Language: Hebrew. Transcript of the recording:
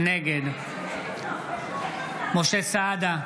נגד משה סעדה,